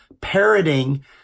parroting